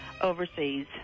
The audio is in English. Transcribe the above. overseas